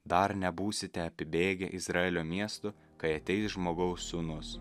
dar nebūsite apibėgę izraelio miestų kai ateis žmogaus sūnus